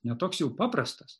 ne toks jau paprastas